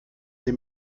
sie